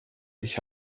ich